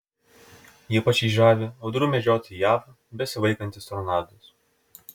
ypač jį žavi audrų medžiotojai jav besivaikantys tornadus